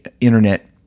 internet